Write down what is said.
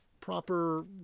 proper